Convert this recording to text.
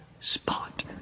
spot